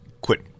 quit –